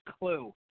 clue